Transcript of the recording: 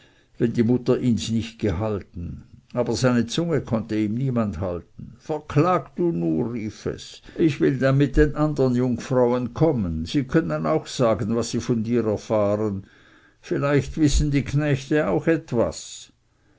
wenn die mutter ihns nicht gehalten aber seine zunge konnte ihm niemand halten verklag du nur rief es ich will dann mit den andern jungfrauen kommen sie können auch sagen was sie von dir er fahren vielleicht wissen die knechte auch etwas